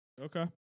Okay